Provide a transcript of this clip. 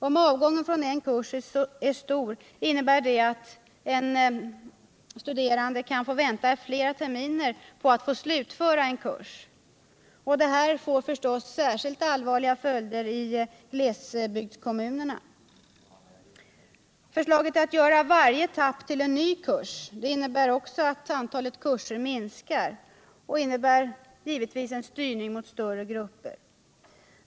Om avgången från en kurs är stor innebär detta att en studerande kan få vänta flera terminer med att slutföra en kurs. Detta får förstås särskilt allvarliga följder i glesbygdskommunerna. Förslaget att göra varje etapp till en ny kurs innebär också att antalet kurser minskar och medför givetvis en styrning mot större grupper.